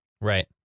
Right